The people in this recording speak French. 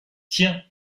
tiens